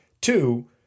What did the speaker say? Two